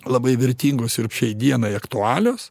labai vertingos ir šiai dienai aktualios